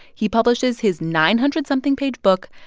he publishes his nine hundred something page book,